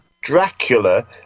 Dracula